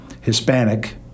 Hispanic